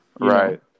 Right